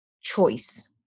choice